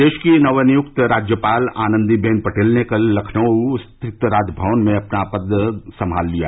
प्रदेश की नव नियुक्त राज्यपाल आनन्दीबेन पटेल ने कल लखनऊ राजभवन में अपना पद संभाल लिया